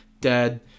dead